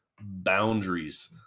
Boundaries